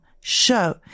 show